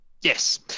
yes